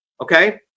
Okay